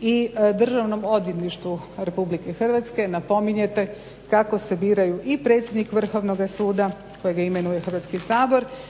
i Državno odvjetništvu RH napominjete kako se biraju i predsjednik Vrhovnoga suda kojeg imenuje Hrvatski sabor i glavni